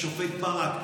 השופט ברק,